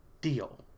deal